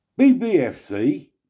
BBFC